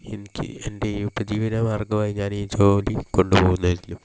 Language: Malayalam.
എനിക്ക് എൻ്റെ ഈ ഉപജീവന മാർഗമായി ഞാൻ ഈ ജോലി കൊണ്ടുപോകുന്നതായിരിക്കും